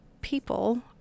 people